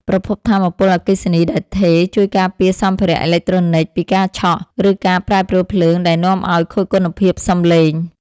ប្រភពថាមពលអគ្គិសនីដែលថេរ ជួយការពារសម្ភារៈអេឡិចត្រូនិចពីការឆក់ ឬការប្រែប្រួលភ្លើងដែលនាំឱ្យខូចគុណភាពសំឡេង។